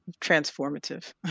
transformative